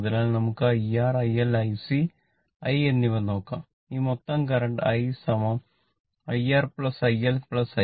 അതിനാൽ നമുക്ക് IR IL IC I എന്നിവ നോക്കാം ഈ മൊത്തം current I I IR IL IC